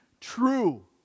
true